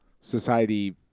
society